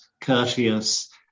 courteous